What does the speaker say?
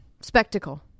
Spectacle